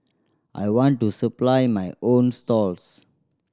I want to supply my own stalls